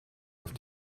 auf